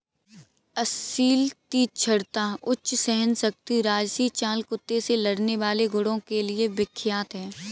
असील तीक्ष्णता, उच्च सहनशक्ति राजसी चाल कुत्ते से लड़ने वाले गुणों के लिए विख्यात है